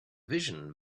vision